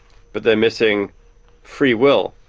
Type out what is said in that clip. but they're missing free will.